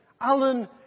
Alan